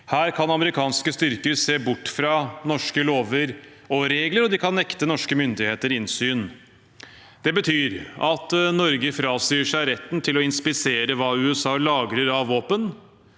Her kan amerikanske styrker se bort fra norske lover og regler, og de kan nekte norske myndigheter innsyn. Det betyr at Norge frasier seg retten til å inspisere hva USA lagrer av våpen,